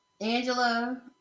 Angela